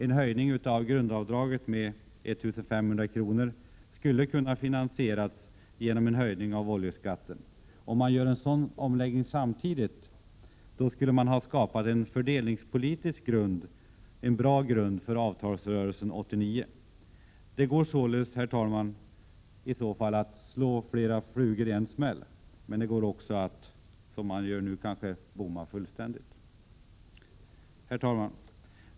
En höjning av grundavdraget med 1 500 kr. skulle ha kunnat finansieras genom en höjning av oljeskatten. Gör man en sådan omläggning skulle man kunna skapa en fördelningspolitisk grund, en bra grund, för avtalsrörelsen 1989. Det går således, herr talman, att i detta fall slå flera flugor i en smäll. Men det går också att, som man kanske gör nu, bomma fullständigt. Herr talman!